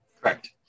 correct